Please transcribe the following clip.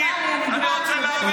הגודל המינימלי